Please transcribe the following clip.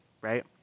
right